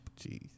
Jeez